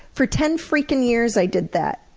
for ten freaking years i did that,